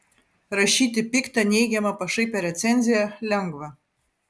rašyti piktą neigiamą pašaipią recenziją lengva